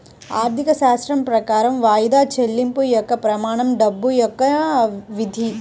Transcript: ఆర్థికశాస్త్రం ప్రకారం వాయిదా చెల్లింపు యొక్క ప్రమాణం డబ్బు యొక్క విధి